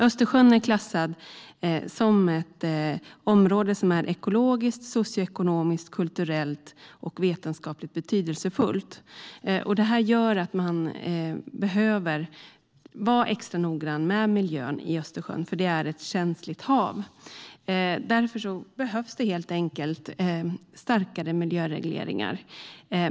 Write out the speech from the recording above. Östersjön är klassad som ett område som är ekologiskt, socioekonomiskt, kulturellt och vetenskapligt betydelsefullt. Det gör att man behöver vara extra noggrann med miljön i Östersjön. Det är ett känsligt hav. Därför behövs det helt enkelt starkare miljöregleringar.